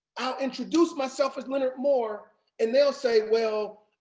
i'll introduce myself as leonard moore and they'll say, well,